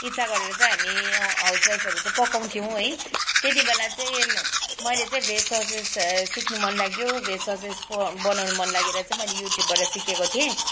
इच्छा गरेर चाहिँ हामी हाउस वाइफहरू चाहिँ पकाउँथ्यौँ है त्यति बेला चाहिँ एल मैले चाहिँ भेज ससेज सिक्नु मन लाग्यो भेज ससेज बनाउनु मन लागेर चाहिँ मैले युट्युबबाट सिकेको थिएँ